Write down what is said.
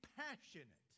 passionate